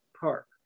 Park